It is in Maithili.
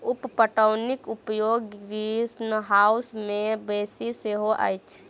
उप पटौनीक उपयोग ग्रीनहाउस मे बेसी होइत अछि